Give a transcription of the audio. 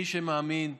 מי שמאמין,